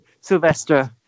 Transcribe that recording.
Sylvester